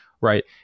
right